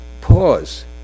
pause